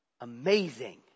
Amazing